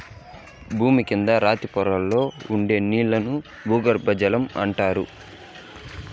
భూమి కింద రాతి పొరల్లో ఉండే నీళ్ళను భూగర్బజలం అంటారు